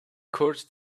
court